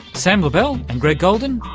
sam lubell and greg goldin,